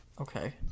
Okay